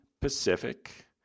Pacific